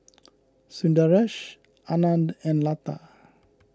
Sundaresh Anand and Lata